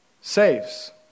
saves